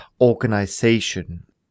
organization